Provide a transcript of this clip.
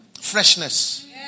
Freshness